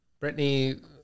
Britney